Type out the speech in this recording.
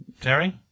Terry